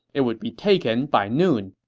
it would be taken by noon.